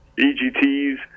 egt's